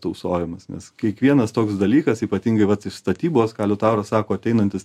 tausojimas nes kiekvienas toks dalykas ypatingai vat statybos ką liutauras sako ateinantis